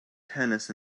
tennis